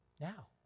now